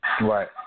Right